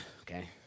okay